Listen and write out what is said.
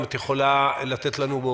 אם את יכולה לתת לנו,